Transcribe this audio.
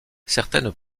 certaines